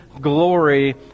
glory